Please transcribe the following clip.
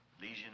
Lesion